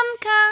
Come